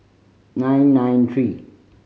nine nine three